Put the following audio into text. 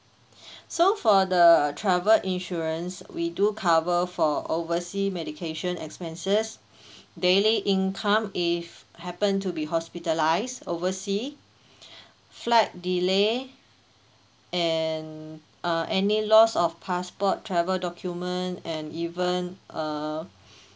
so for the travel insurance we do cover for oversea medication expenses daily income if happened to be hospitalised oversea flight delay and uh any loss of passport travel document and even uh